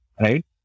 right